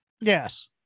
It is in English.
Yes